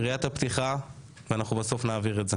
זו יריית הפתיחה ואנחנו בסוף נעביר את זה.